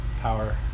power